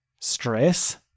stress